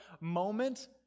moment